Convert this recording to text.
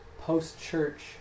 post-church